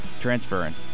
transferring